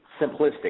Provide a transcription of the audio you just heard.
simplistic